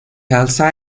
health